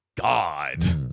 god